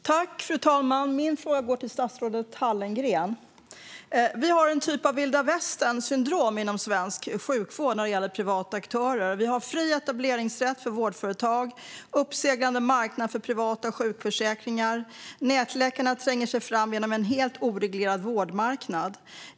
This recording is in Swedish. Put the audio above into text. Fru talman! Min fråga går till statsrådet Hallengren. Vi har en typ av vilda västern-syndrom inom svensk sjukvård när det gäller privata aktörer. Vi har fri etableringsrätt för vårdföretag, uppseglande marknad för privata sjukförsäkringar och nätläkarna som tränger sig fram genom en helt oreglerad vårdmarknad.